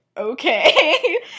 Okay